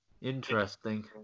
Interesting